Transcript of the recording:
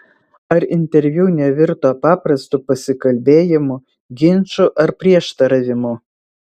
ar interviu nevirto paprastu pasikalbėjimu ginču ar prieštaravimu